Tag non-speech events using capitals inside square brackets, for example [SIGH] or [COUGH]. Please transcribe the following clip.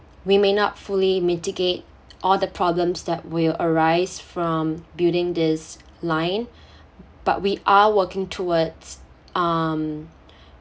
we may not fully mitigate all the problems that will arise from building this line [BREATH] but we are working towards um